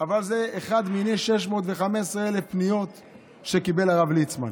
אבל זו אחת מני 615,000 פניות שקיבל הרב ליצמן.